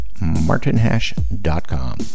martinhash.com